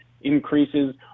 increases